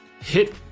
hit